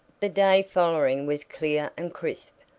the day following was clear and crisp,